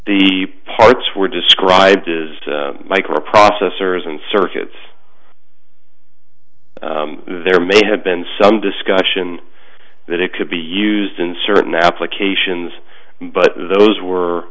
the parts were described as microprocessors and circuits there may have been some discussion that it could be used in certain applications but those were